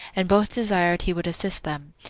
and both desired he would assist them.